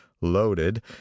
loaded